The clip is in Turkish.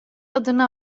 adını